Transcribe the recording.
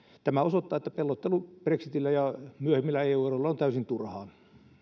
tämä osoittaa että pelottelu brexitillä ja myöhemmillä eu eroilla on täysin turhaa